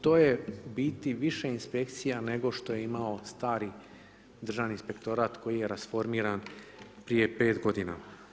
To je u biti više inspekcija nego što je imao stari Državni inspektorat koji je rasformiran prije pet godina.